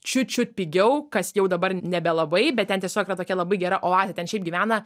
čiut čiut pigiau kas jau dabar nebelabai bet ten tiesiog va tokia labai gera oazė ten šiaip gyvena